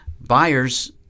buyers